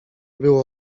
było